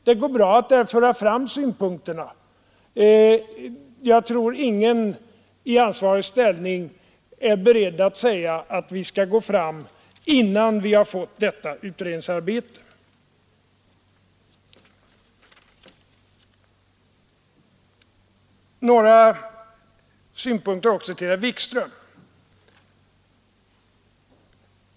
Det går bra att där föra fram synpunkterna. Jag tror att ingen i ansvarig ställning är beredd att säga att vi skall gå fram innan vi har fått detta utredningsarbete klart. Några synpunkter också till herr Wikström!